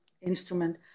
instrument